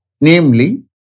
namely